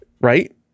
right